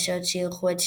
אחד.